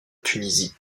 tunisie